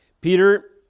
Peter